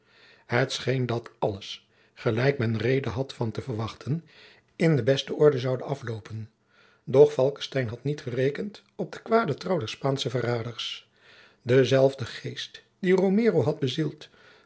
scheen dat alles gelijk men rede had van te verwachten in de beste orde zouden afloopen doch falckestein had niet gerekend op den kwaden trouw der spaansche verraders dezelfde geest die romero had bezield